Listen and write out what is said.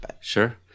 sure